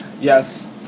Yes